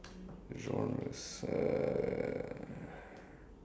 genres uh